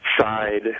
side